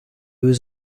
was